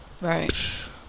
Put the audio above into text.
Right